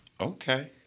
Okay